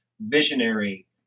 visionary